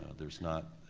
there's not,